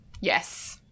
Yes